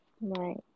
Right